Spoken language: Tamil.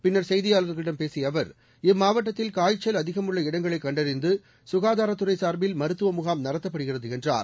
பின்னர் செய்தியாளர்களிடம் பேசிய அவர் இம்மாவட்டத்தில் காய்ச்சல் அதிகம் உள்ள இடங்களை கண்டறிந்து சுகாதாரத்துறை சார்பில் மருத்துவ முகாம் நடத்தப்படுகிறது என்றார்